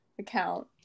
account